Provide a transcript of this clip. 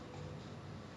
um